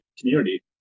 community